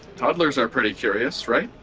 toddlers are pretty curious, right?